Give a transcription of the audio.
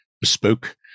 bespoke